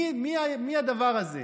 מי הדבר הזה?